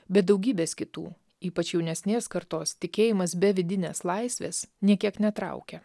bet daugybės kitų ypač jaunesnės kartos tikėjimas be vidinės laisvės nė kiek netraukia